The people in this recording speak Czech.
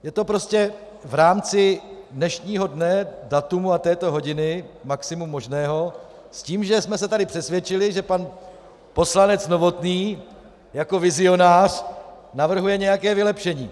Je to prostě v rámci dnešního dne, data a této hodiny maximum možného, s tím, že jsme se tady přesvědčili, že pan poslanec Novotný jako vizionář navrhuje nějaké vylepšení.